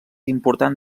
important